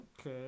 Okay